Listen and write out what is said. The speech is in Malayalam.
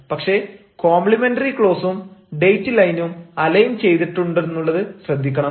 പക്ഷേ കോംപ്ലിമെന്ററി ക്ലോസും ഡേറ്റ് ലൈനും അലൈൻ ചെയ്തിട്ടുണ്ടെന്നുള്ളത് ശ്രദ്ധിക്കണം